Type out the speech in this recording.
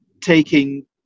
taking